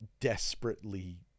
desperately